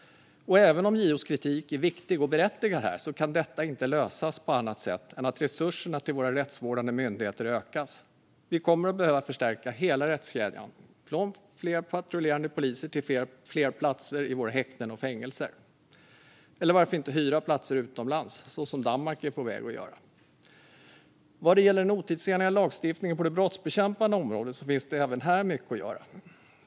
Även om JO:s kritik här är viktig och berättigad kan detta inte lösas på annat sätt än att resurserna till våra rättsvårdande myndigheter ökas. Vi kommer att behöva förstärka hela rättskedjan, från fler patrullerande poliser till fler platser i våra häkten och fängelser - eller varför inte hyra platser utomlands, som Danmark är på väg att göra? Vad gäller den otidsenliga lagstiftningen på det brottsbekämpande området finns det även här mycket att göra.